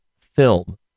film